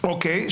אוקיי.